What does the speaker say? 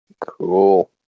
Cool